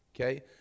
Okay